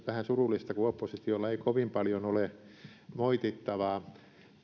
vähän surullista kun oppositiolla ei kovin paljon ole moitittavaa